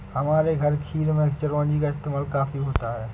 हमारे घर खीर में चिरौंजी का इस्तेमाल काफी होता है